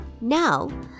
Now